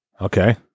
Okay